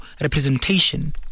representation